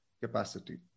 capacity